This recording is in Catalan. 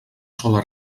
sola